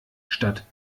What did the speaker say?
statt